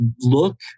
look